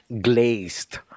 glazed